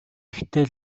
ихтэй